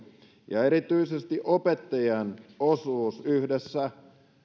ja erityisesti opettajien osuus yhdessä